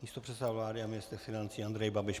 Místopředseda vlády a ministr financí Andrej Babiš.